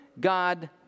God